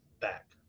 back